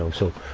so so,